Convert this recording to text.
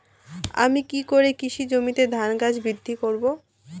আমি কী করে কৃষি জমিতে ধান গাছ বৃদ্ধি করব?